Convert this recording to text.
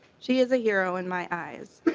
she is a hero in my eyes.